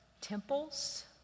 temples